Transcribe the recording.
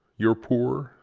your poor,